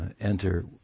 enter